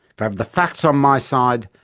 have the facts on my side,